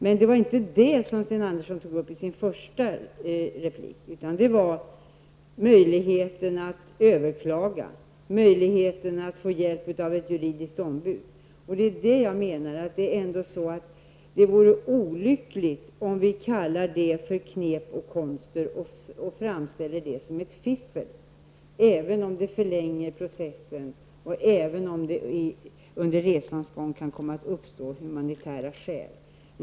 Men det var inte detta som Sten Andersson tog upp i sitt första inlägg, utan det var möjligheten att överklaga och få hjälp av ett juridiskt ombud. Jag menar att det vore olyckligt om vi kallar detta för knep och konster och framställer det som ett fiffel -- även om det förlänger processen och även om det under resans gång kan komma att uppstå humanitära skäl.